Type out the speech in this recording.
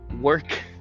work